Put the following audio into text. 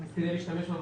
שלו,